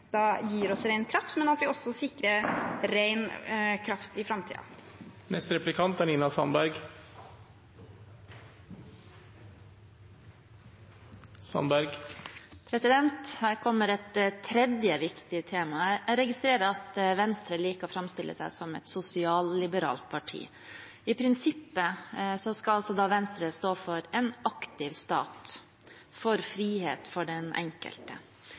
som gir oss ren kraft, og også sikrer ren kraft i framtiden. Her kommer et tredje viktig tema. Jeg registrerer at Venstre liker å framstille seg som et sosialliberalt parti. I prinsippet skal da Venstre stå for en aktiv stat og for frihet for den enkelte.